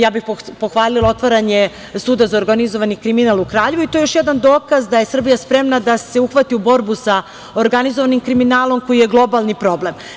Ja bih pohvalila otvaranje Suda za organizovani kriminal u Kraljevu i to je još jedan dokaz da je Srbija spremna da se uhvati u borbu sa organizovanim kriminalom, koji je globalni problem.